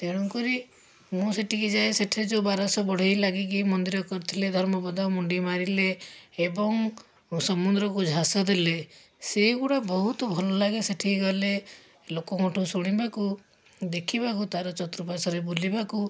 ତେଣୁକରି ମୁଁ ସେଠିକି ଯାଏ ସେଠାରେ ଯେଉଁ ବାରଶହ ବଢ଼େଇ ଲାଗିକି ମନ୍ଦିର କରିଥିଲେ ଧର୍ମପଦ ମୁଣ୍ଡି ମାରିଲେ ଏବଂ ସମୁଦ୍ରକୁ ଝାସ ଦେଲେ ସେଇଗୁରା ବହୁତ ଭଲଲାଗେ ସେଠିକି ଗଲେ ଲୋକଙ୍କଠୁ ଶୁଣିବାକୁ ଦେଖିବାକୁ ତା'ର ଚତୁଃପାର୍ଶ୍ୱରେ ବୁଲିବାକୁ